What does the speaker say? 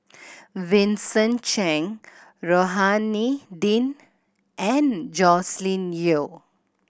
Vincent Cheng Rohani Din and Joscelin Yeo